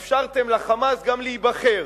גם אפשרתם ל"חמאס" להיבחר.